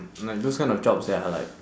like those kinds of jobs that are like